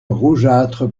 rougeâtre